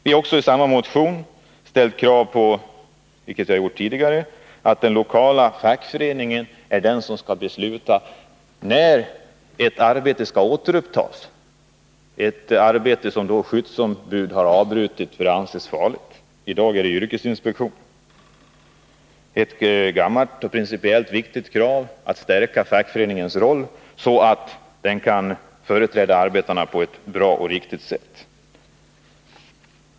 Vi har i samma motion ställt krav på — det har vi gjort också tidigare — att den lokala fackföreningen skall vara den som beslutar när ett arbete, som skyddsombudet har avbrutit därför att det anses vara farligt, skall återupptas. I dag är det yrkesinspektionen som beslutar. Det är ett gammalt och principiellt viktigt krav att stärka fackföreningen så att den på ett bra och riktigt sätt kan företräda arbetarna.